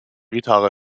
gitarre